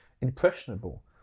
impressionable